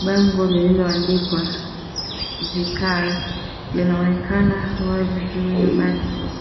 Bango lililoandikwa gkar linaonekana wazi juu ya basi.